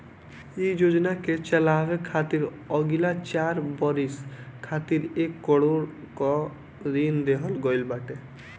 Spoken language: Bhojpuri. इ योजना के चलावे खातिर अगिला चार बरिस खातिर एक करोड़ कअ ऋण देहल गईल बाटे